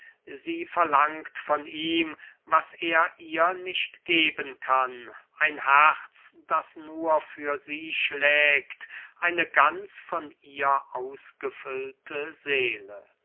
sie verlangt von ihm was er ihr nicht geben kann ein herz das nur für sie schlägt eine ganz von ihr ausgefüllte seele